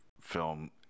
film